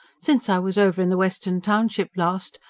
since i was over in the western township last,